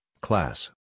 class